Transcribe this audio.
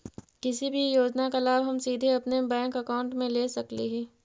किसी भी योजना का लाभ हम सीधे अपने बैंक अकाउंट में ले सकली ही?